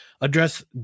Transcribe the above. address